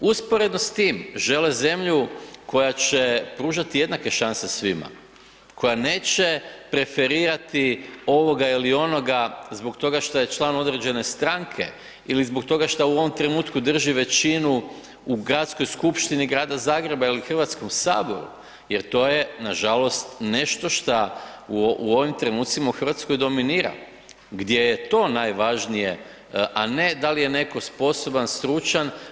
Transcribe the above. Usporedno s tim žele zemlju koja će pružati jednake šanse svima, koja neće preferirati ovoga ili onoga zbog toga šta je član određene stranke ili zbog toga šta u ovom trenutku drži većinu u Gradskoj skupštini grada Zagreba ili Hrvatskom saboru jer to je nažalost nešta šta u ovim trenucima u Hrvatskoj dominira, gdje je to najvažnije, a ne da li je neko sposoban, stručan.